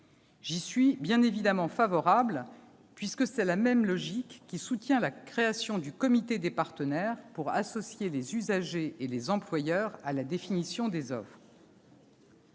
J'y suis bien évidemment favorable, puisque c'est la même logique qui soutient la création du comité des partenaires pour associer les usagers et les employeurs à la définition des offres.